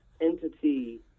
entity